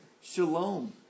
shalom